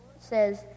says